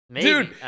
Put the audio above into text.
Dude